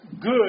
good